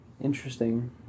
interesting